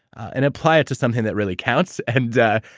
and apply it to something that really counts and,